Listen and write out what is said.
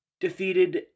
defeated